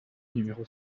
numéro